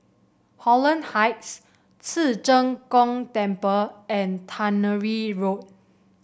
Holland Heights Ci Zheng Gong Temple and Tannery Road